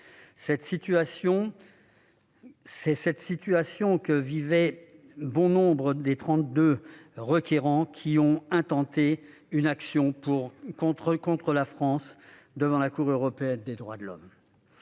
C'est cette situation que vivaient bon nombre des trente-deux requérants qui ont intenté une action contre la France devant la Cour européenne des droits de l'homme.